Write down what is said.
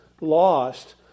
lost